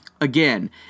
Again